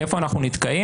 איפה אנחנו נתקעים?